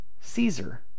Caesar